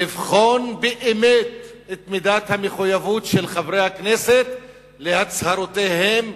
ולבחון באמת את מידת המחויבות של חברי הכנסת להצהרותיהם